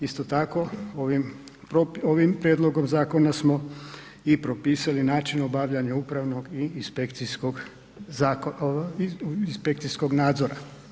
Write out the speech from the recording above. Isto tako ovim prijedlogom zakona smo i propisali i način obavljanja upravnog i inspekcijskog .../nerazumljivo/... , inspekcijskog nadzora.